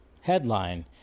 headline